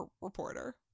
reporter